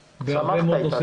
בהרבה מאוד נושאי